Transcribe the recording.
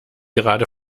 gerade